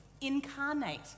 incarnate